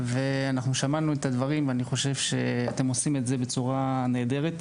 ואנחנו שמענו את הדברים ואני חושב שאתם עושים את זה בצורה נהדרת.